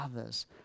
others